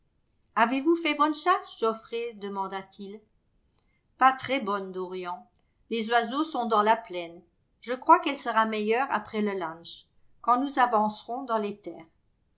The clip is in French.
avez-vous fait bonne chasse geoffrey demanda t-il pas très bonne dorian les oiseaux sont dans la plaine je crois qu'elle sera meilleure après le lunch quand nous avancerons dans les terres